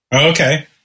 Okay